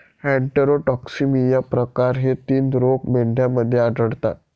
enterotoxaemia प्रकार हे तीन रोग मेंढ्यांमध्ये आढळतात